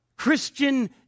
Christian